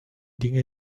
dinge